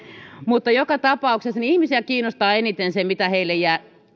mutta joka tapauksessa ihmisiä kiinnostaa eniten se mitä heille jää